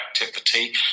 activity